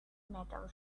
metal